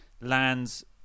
lands